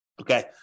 Okay